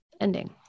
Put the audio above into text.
ending